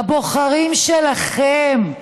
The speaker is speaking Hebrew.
לבוחרים שלכם.